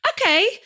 Okay